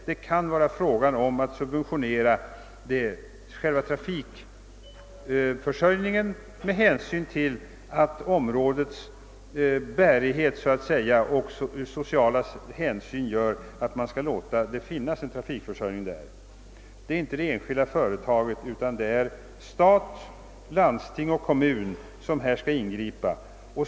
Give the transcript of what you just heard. Det kan bli fråga om att lämna subventioner av sociala hänsyn för att få en tillfredsställande trafikförsörjning inom området. Det är inte det enskilda företaget utan det är stat, landsting och kommun som här skall ingripa.